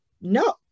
no